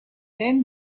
then